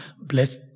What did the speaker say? bless